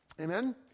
Amen